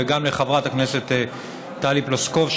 וגם לחברת הכנסת טלי פלוסקוב,